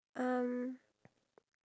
alright